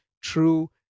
true